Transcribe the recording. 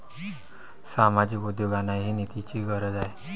सामाजिक उद्योगांनाही निधीची गरज आहे